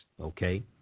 Okay